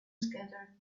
scattered